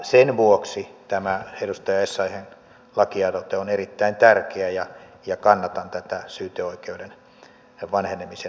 sen vuoksi tämä edustaja essayahin lakialoite on erittäin tärkeä ja kannatan tätä syyteoikeuden vanhenemisen pidentämistä esitetyllä tavalla